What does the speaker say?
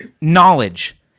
knowledge